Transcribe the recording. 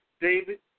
David